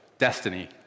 Destiny